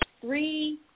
three